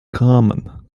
common